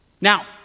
Now